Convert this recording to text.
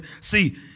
see